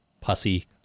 pussy